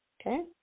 Okay